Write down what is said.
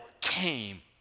came